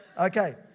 Okay